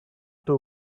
two